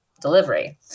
delivery